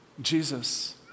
Jesus